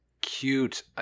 cute